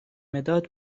مداد